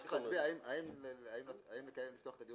צריך להצביע האם לפתוח את הדיון מחדש.